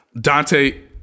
Dante